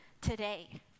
today